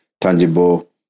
tangible